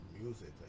music